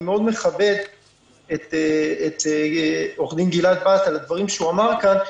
אני מאוד מכבד את עו"ד גלעד בהט על הדברים שהוא אמר כאן,